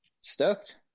stoked